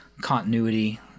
continuity